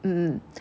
mm